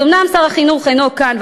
אז אומנם שר החינוך אינו כאן,